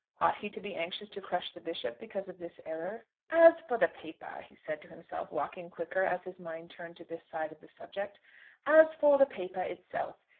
ought he to be anxious to crush the bishop because of this error? as for the paper, he said to himself, walking quicker as his mind turned to this side of the subject as for the paper itself,